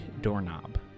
doorknob